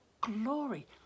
glory